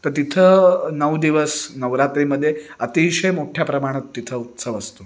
तर तिथं नऊ दिवस नवरात्रीमध्ये अतिशय मोठ्या प्रमाणात तिथं उत्सव असतो